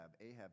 Ahab